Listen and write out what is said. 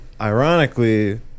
ironically